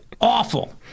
awful